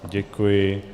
Děkuji.